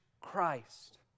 christ